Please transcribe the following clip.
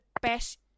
best